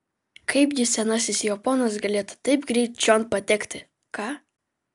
kaipgi senasis jo ponas galėtų taip greit čion patekti ką